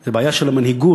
זו בעיה של המנהיגות.